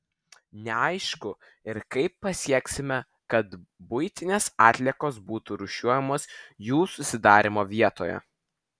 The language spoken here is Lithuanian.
neaišku ir kaip pasieksime kad buitinės atliekos būtų rūšiuojamos jų susidarymo vietoje